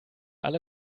alle